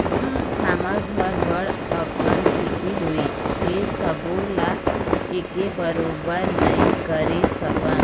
हमर घर बड़ अकन खेती हवय, फेर सबो ल एके बरोबर नइ करे सकन